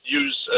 use